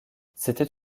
c’était